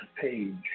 page